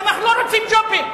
כי אנחנו לא רוצים ג'ובים.